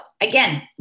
again